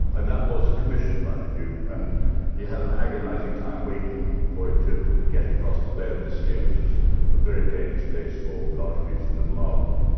and that was omission by the duke. and he had an agonizing time waiting for it to get across the bay of biscay, which was a very dangerous place for large pieces of marble.